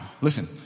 listen